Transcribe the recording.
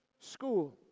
school